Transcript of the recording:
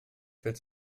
willst